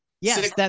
Yes